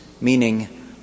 meaning